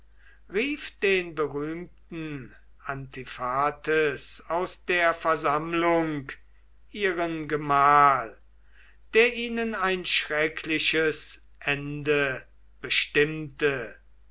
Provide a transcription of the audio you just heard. den berühmten antiphates aus der versammlung ihren gemahl der ihnen ein schreckliches ende bestimmte